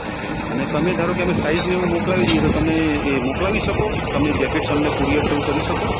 okay અને તમે ધારોકે અમે સીઝે ને એવું મોકલાવી દઈએ તો તમે એ મોકલાવી શકો તમે જેકેટ્સ અમને ક્યુરીયર કે એવું કરી શકો